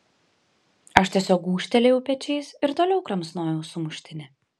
aš tiesiog gūžtelėjau pečiais ir toliau kramsnojau sumuštinį